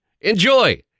Enjoy